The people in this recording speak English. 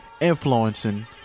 influencing